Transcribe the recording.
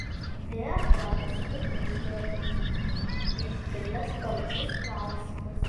deja frankas tik gūžčioja pečiais išgirdęs panašius klausimus